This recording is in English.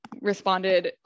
responded